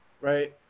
right